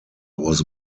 was